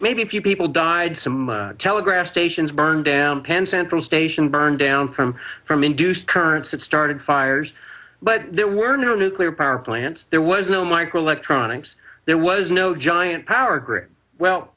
maybe a few people died some telegraph stations burned down pants and from station burned down from from induced current since started fires but there were no nuclear power plants there was no micro electronics there was no giant power grid well